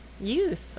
youth